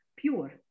pure